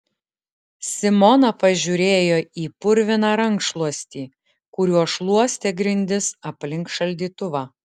simona pažiūrėjo į purviną rankšluostį kuriuo šluostė grindis aplink šaldytuvą